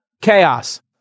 chaos